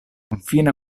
confina